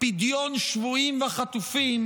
פדיון שבויים וחטופים,